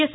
yes